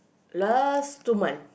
last two month